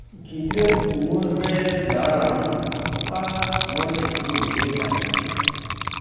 ᱜᱤᱫᱽᱨᱟᱹ ᱩᱢᱮᱨ ᱨᱮ ᱫᱟᱬᱟᱱ ᱚᱠᱟ ᱥᱚᱢᱚᱭ ᱨᱮ ᱤᱧ ᱜᱤᱫᱽᱨᱟᱹᱧ ᱛᱟᱦᱮᱸ ᱠᱟᱱᱟ